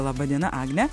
laba diena agne